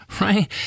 right